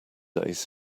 days